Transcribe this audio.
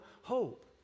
hope